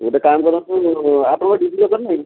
ଗୋଟେ କାମ କରନ୍ତୁ ଆପଣଙ୍କର ଡିଜି ଲୋକର୍ ନାହିଁ